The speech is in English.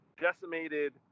decimated